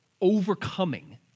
overcoming